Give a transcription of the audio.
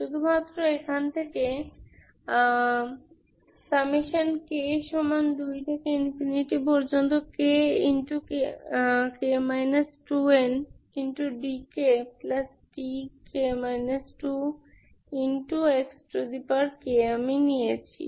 শুধুমাত্র এখান থেকে k2kk 2ndkdk 2xk আমি নিয়েছি